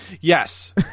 yes